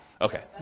Okay